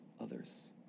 others